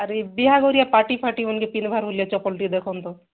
ଆରେ ବିହାଘରିଆ ପାର୍ଟିଫାର୍ଟି ମାନ୍କେ ପିନ୍ଧବାର୍ ବୋଲେ ଚପଲ ଟିକେ ଦେଖନ୍ ତ